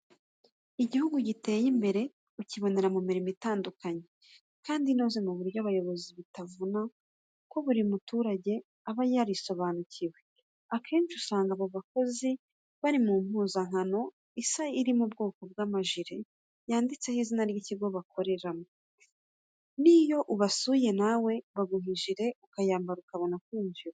Igihugu giteye imbere ukibonera mu mirimo itandukanye, kandi inoze ku buryo abayobozi bitabavuna kuko buri muturage aba yarisobanukiwe. Akenshi usanga abo bakozi bari mu mpuzankano isa iri mu bwoko bw'amajire yanditseho izina ry'ikigo bakoreramo, n'iyo ubasuye nawe baguha ijire ukayambara ukabona kwinjira.